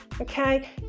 Okay